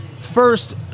First